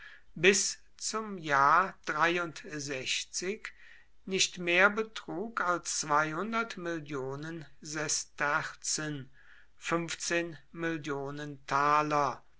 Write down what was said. bis zum jahr nicht mehr betrug als